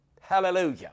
Hallelujah